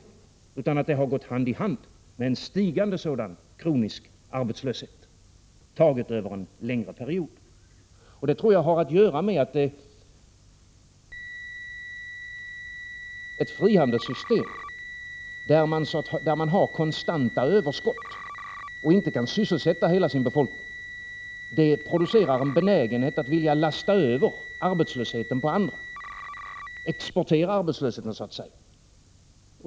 Integrationen har gått hand i hand med en stigande kronisk arbetslöshet, taget över en längre period. Jag tror detta har att göra med att ett frihandelssystem, där man har konstant överskott och inte kan sysselsätta hela sin befolkning, skapar en benägenhet att vilja lasta över arbetslösheten på andra, exportera arbetslösheten så att säga.